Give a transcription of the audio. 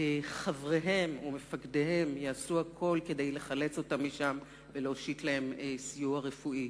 חבריהם ומפקדיהם יעשו הכול כדי לחלץ אותם משם ולהושיט להם סיוע רפואי.